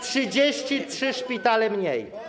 33 szpitale mniej.